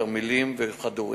תרמילים וכדורים.